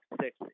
six